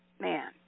man